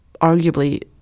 arguably